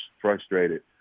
frustrated